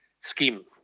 scheme